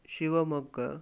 Shivamogga